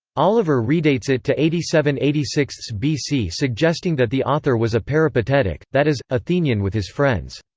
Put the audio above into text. oliver redates it to eighty seven eighty six bc suggesting that the author was a peripatetic that is, athenion with his friends.